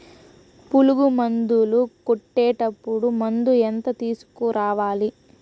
పులుగు మందులు కొట్టేటప్పుడు మందు ఎంత తీసుకురావాలి?